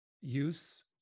use